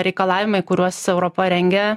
reikalavimai kuriuos europa rengia